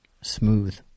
Smooth